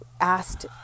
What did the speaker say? asked